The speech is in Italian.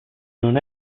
non